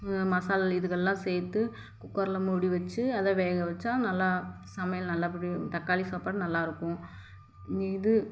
மசால் இதுகள்லாம் சேர்த்து குக்கர்ல மூடி வச்சி அதை வேக வச்சா நல்லா சமையல் நல்லபடி தக்காளி சாப்பாடு நல்லாயிருக்கும் இது